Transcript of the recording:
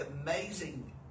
amazing